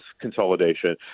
consolidation